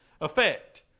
effect